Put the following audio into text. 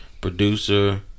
producer